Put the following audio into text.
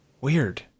weird